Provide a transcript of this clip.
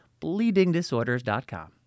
Bleedingdisorders.com